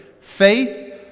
faith